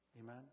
Amen